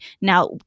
Now